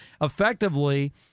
effectively